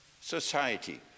society